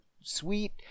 sweet